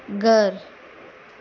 घरु